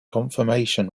confirmation